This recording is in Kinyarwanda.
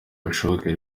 bishoboke